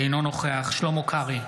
אינו נוכח שלמה קרעי,